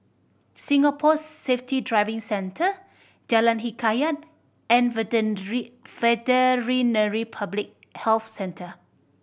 Singapore Safety Driving Centre Jalan Hikayat and Veterinary Public Health Centre